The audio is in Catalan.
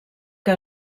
que